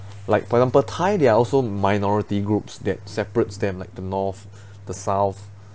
like for example thai they are also minority groups that separates them like the north the south